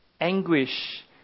anguish